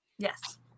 Yes